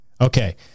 Okay